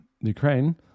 Ukraine